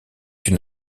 une